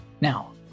Now